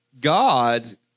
God